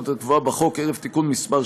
במתכונת הקבועה בחוק ערב תיקון מס'